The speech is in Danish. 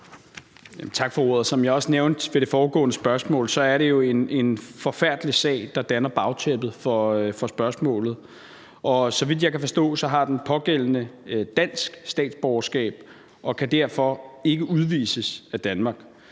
Tak for ordet. Som jeg også nævnte ved det foregående spørgsmål, er det jo en forfærdelig sag, der danner bagtæppet for spørgsmålet. Så vidt jeg kan forstå, har den pågældende dansk statsborgerskab og kan derfor ikke udvises af Danmark.